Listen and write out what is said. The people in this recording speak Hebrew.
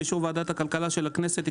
באישור ועדת כלכלה של הכנסת,